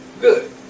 good